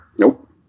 Nope